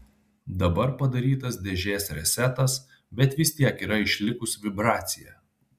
dabar padarytas dėžės resetas bet vis tiek yra išlikus vibracija